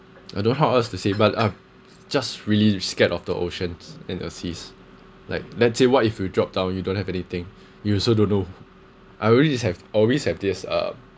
I don't know how else to say but uh just really scared of the oceans and the seas like let's say what if you drop down you don't have anything you also don't know I already this have always have this uh